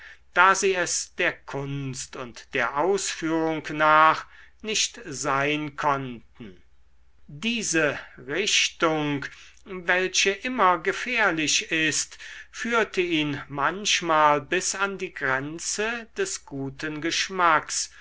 da sie es der kunst und der ausführung nach nicht sein konnten diese richtung welche immer gefährlich ist führte ihn manchmal bis an die grenze des guten geschmacks